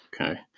Okay